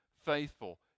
faithful